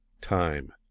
Time